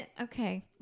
okay